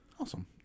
Awesome